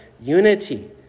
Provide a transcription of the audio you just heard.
unity